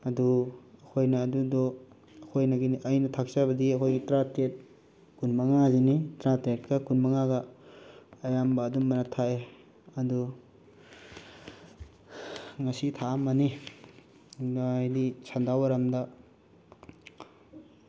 ꯑꯗꯨ ꯑꯩꯈꯣꯏꯅ ꯑꯗꯨꯗꯣ ꯑꯩꯈꯣꯏꯅ ꯑꯩꯅ ꯊꯛꯆꯕꯗꯤ ꯑꯩꯈꯣꯏꯒꯤ ꯇꯔꯥ ꯇꯔꯦꯠ ꯀꯨꯟ ꯃꯪꯉꯥꯁꯤꯅꯤ ꯇꯔꯥ ꯇꯔꯦꯠꯀ ꯀꯨꯟ ꯃꯪꯉꯥꯒ ꯑꯌꯥꯝꯕ ꯑꯗꯨꯝꯕꯅ ꯊꯥꯛꯑꯦ ꯑꯗꯨ ꯉꯁꯤ ꯊꯥꯛꯑꯝꯃꯅꯤ ꯑꯗ ꯍꯥꯏꯗꯤ ꯁꯟꯙꯥ ꯋꯥꯏꯔꯝꯗ